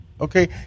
okay